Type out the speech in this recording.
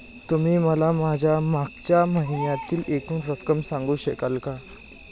तुम्ही मला माझ्या मागच्या महिन्यातील एकूण रक्कम सांगू शकाल का?